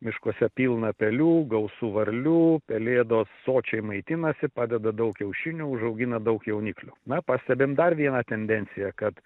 miškuose pilna pelių gausu varlių pelėdos sočiai maitinasi padeda daug kiaušinių užaugina daug jauniklių na pastebim dar vieną tendenciją kad